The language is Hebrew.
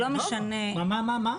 מה?